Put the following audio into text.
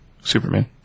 Superman